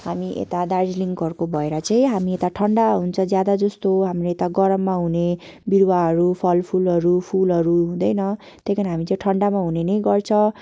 हामी यता दार्जिलिङ घरको भएर चाहिँ हामी यता ठन्डा हुन्छ ज्यादा जस्तो हाम्रो यता गरममा हुने बिरुवाहरू फलफुलहरू फुलहरू हुँदैन त्यही कारण हामी चाहिँ ठन्डामा हुने नै गर्छ